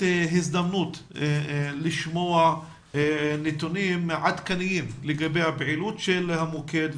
הזדמנות לשמוע נתונים עדכניים לגבי הפעילות של המוקד,